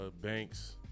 banks